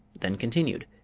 then continued